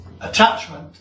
attachment